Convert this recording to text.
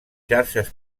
xarxes